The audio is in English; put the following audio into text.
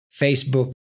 Facebook